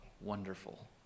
Wonderful